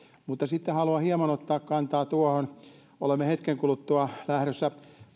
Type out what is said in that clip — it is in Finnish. sitten haluan hieman ottaa kantaa tuohon me poliisitaustaiset kansanedustajat olemme hetken kuluttua lähdössä